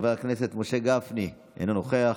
חבר הכנסת משה גפני, אינו נוכח,